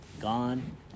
gone